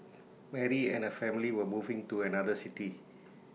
Mary and her family were moving to another city